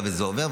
אם זה עובר,